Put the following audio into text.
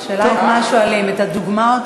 השאלה את מה שואלים, את הדוגמה או את